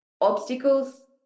Obstacles